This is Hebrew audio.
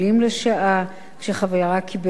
וחברה קיבל 26,